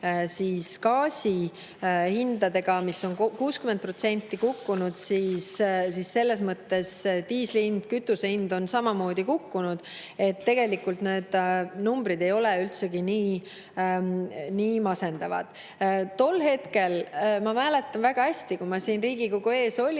gaasi hindadega, mis on 60% kukkunud, siis selles mõttes on diisli hind, kütuse hind samamoodi kukkunud. Tegelikult need numbrid ei ole üldsegi nii masendavad. Tol hetkel, ma mäletan väga hästi, kui ma siin Riigikogu ees olin,